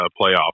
playoff